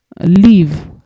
leave